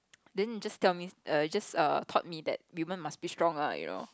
then it just tell me err just err taught me that women must be strong ah you know